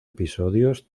episodios